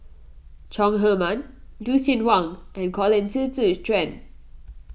Chong Heman Lucien Wang and Colin Qi Zhe Quan